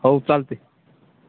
हो चालते